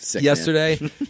yesterday